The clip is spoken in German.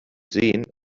sehen